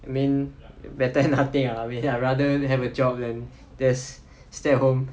I mean it's better than nothing really I rather have a job than just stay at home